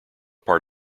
part